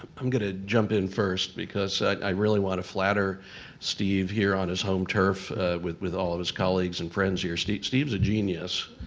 i'm gonna jump in first, because i really wanna flatter steve here on his home turf with with all of his colleagues and friends here. steve's a genius.